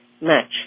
match